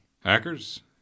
Hackers